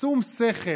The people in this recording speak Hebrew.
שום שכל,